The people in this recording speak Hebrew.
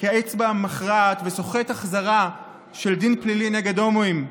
כאצבע המכרעת וסוחט החזרה של דין פלילי נגד הומואים,